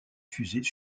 fusées